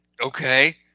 Okay